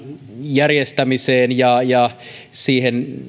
järjestämiseen ja ja siihen